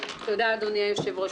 תודה, אדוני היושב-ראש.